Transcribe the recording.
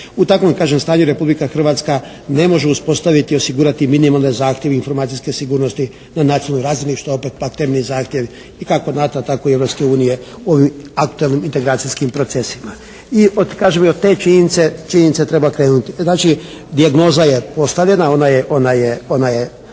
U takvom je kažem stanju Republika Hrvatska, ne može uspostaviti i osigurati minimalne zahtjeve informacijske sigurnosti na nacionalnoj razini što je opet pak temeljni zahtjev i kako NATO-a tako i Europske unije o aktualnim integracijskim procesima. I kažem i od te činjenice treba krenuti. Znači dijagnoza je postavljena, ona je